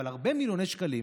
אבל הרבה מיליוני שקלים,